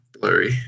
blurry